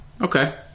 Okay